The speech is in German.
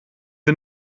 wir